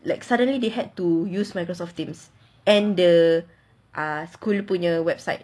like suddenly they had to use microsoft teams and the ah school punya website